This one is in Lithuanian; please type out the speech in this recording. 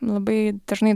labai dažnai